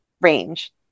range